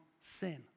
sin